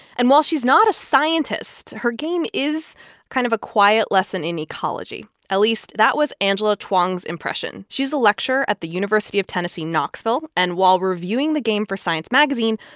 and while she's not a scientist, her game is kind of a quiet lesson in ecology. at least that was angela chuang's impression. she's a lecturer at the university of tennessee, knoxville and, while reviewing the game for science magazine,